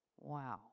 Wow